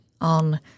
On